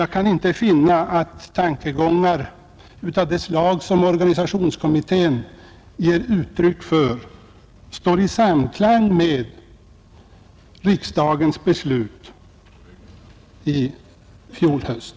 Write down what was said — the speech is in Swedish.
Jag kan inte heller finna att tankegångar av det slag som organisationskommittén ger uttryck åt står i samklang med riksdagens beslut i fjol höst.